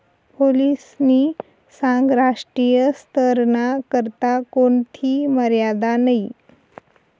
पोलीसनी सांगं राष्ट्रीय स्तरना करता कोणथी मर्यादा नयी